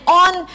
on